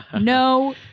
no